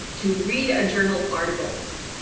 to read a journal articles.